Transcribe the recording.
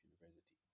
University